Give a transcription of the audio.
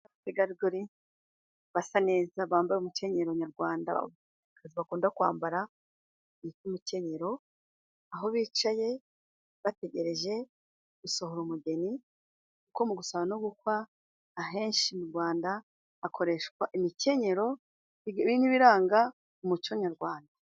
Abategarugori basa neza bambaye umukenyero nyarwanda, bakunda kwambara bita umukenyero aho bicaye bategereje gusohora umugeni, kuko mu gusaba no gukwa ahenshi mu Rwanda hakoreshwa imikenyero. Ibi ni ibiranga umuco nyarwanda.